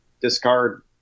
discard